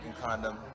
condom